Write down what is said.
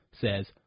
says